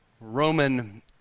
Roman